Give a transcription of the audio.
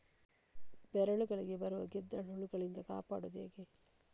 ಬೇರುಗಳಿಗೆ ಬರುವ ಗೆದ್ದಲು ಹುಳಗಳಿಂದ ಕಾಪಾಡುವುದು ಹೇಗೆ?